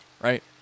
right